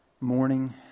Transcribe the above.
morning